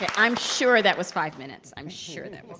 ah i'm sure that was five minutes. i'm sure that was